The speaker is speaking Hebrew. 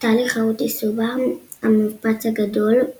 טלי חרותי-סובר, המפץ הגדול |